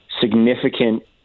significant